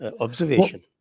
observation